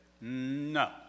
no